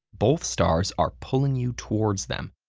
both stars are pulling you towards them.